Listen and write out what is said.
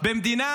במדינה